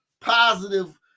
positive